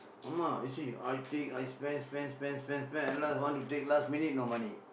ஆமா:aamaa you see I take I spend spend spend spend spend at last want to take last minute no money